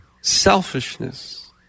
selfishness